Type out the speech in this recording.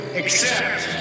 accept